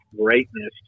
greatness